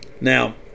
Now